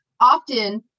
Often